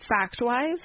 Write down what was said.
fact-wise